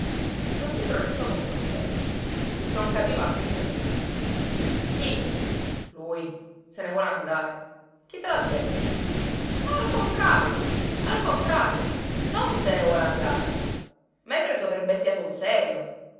don pietro restò come sospeso non capiva piú nulla chi lui se ne vuole andare chi te l'ha detto ma al contrario al contrario non se ne vuole andare m'hai preso per bestia sul serio